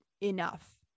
enough